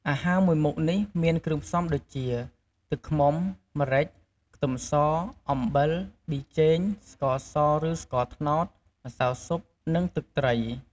អាហារមួយមុខនេះមានគ្រឿងផ្សំដូចជា ទឹកឃ្មុំ ម្រេច ខ្ទឹមស អំបិល ប៊ីចេង ស្ករសឬស្ករត្នោត ម្សៅស៊ុប និងទឹកត្រី។